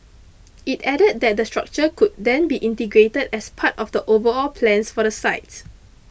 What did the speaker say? it added that the structure could then be integrated as part of the overall plans for the sites